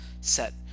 set